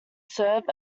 serve